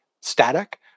static